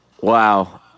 Wow